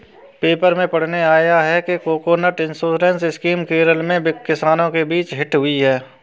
paper में पढ़ने आया कि कोकोनट इंश्योरेंस स्कीम केरल में किसानों के बीच हिट हुई है